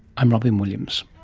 i'm robyn williams